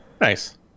Nice